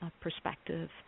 perspective